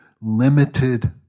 limited